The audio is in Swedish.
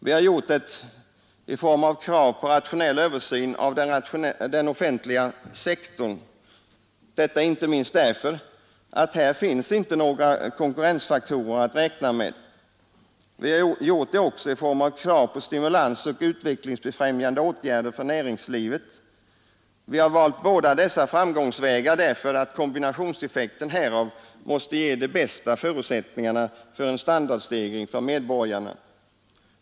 Vi har gjort det i form av krav på rationell översyn av den offentliga sektorn, detta inte minst därför att här inte finns några konkurrensfaktorer att räkna med. Vi har gjort det också i form av krav på stimulansoch utvecklingsbefrämjande åtgärder för näringslivet. Vi har valt båda dessa framgångsvägar därför att kombinationseffekten härav måste ge de bästa förutsättningarna för en standardstegring för medborgarna.